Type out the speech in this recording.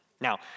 Now